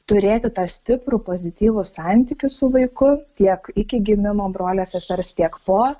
turėti tą stiprų pozityvų santykį su vaiku tiek iki gimimo brolio sesers tiek po